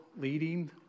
leading